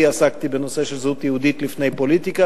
עסקתי בנושא של זהות יהודית לפני הפוליטיקה,